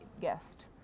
guest